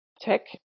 tech